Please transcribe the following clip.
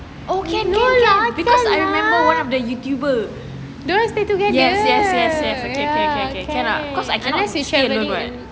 oh can can can because I remember one of the youtuber yes yes yes okay okay okay can ah cause I cannot sleep alone [what]